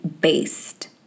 based